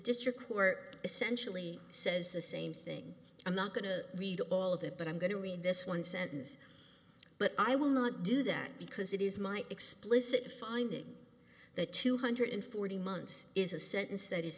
district court essentially says the same thing i'm not going to read all of it but i'm going to read this one sentence but i will not do that because it is my explicit finding that two hundred forty months is a sentence that is